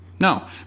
No